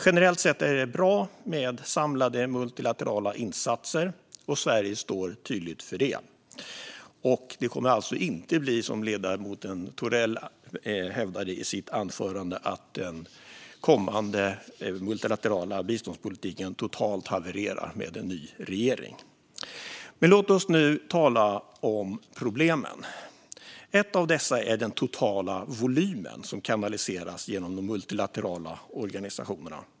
Generellt sett är det bra med samlade multilaterala insatser, och Sverige står tydligt för detta. Det kommer alltså inte att bli som ledamoten Thorell hävdade i sitt anförande, att den kommande multilaterala biståndspolitiken totalt havererar med en ny regering. Men låt oss nu också tala om problemen. Ett av dem är den totala volym som kanaliseras genom de multilaterala organisationerna.